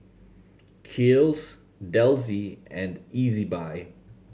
Kiehl's Delsey and Ezbuy